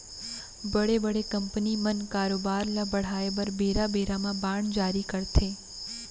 बड़े बड़े कंपनी मन कारोबार ल बढ़ाय बर बेरा बेरा म बांड जारी करथे